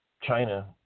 China –